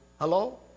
Hello